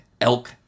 elk